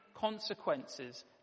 consequences